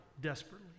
desperately